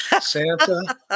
Santa